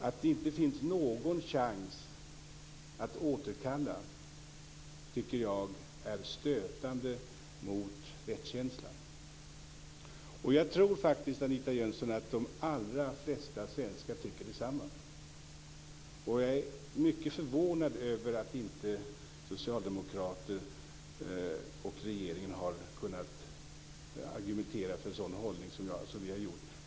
Att det inte finns någon chans att återkalla tycker jag är stötande mot rättskänslan. Jag tror faktiskt, Anita Jönsson, att de allra flesta svenskar tycker detsamma. Jag är mycket förvånad över att inte socialdemokrater och regering har kunnat argumentera för en sådan hållning som vi har gjort.